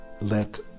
let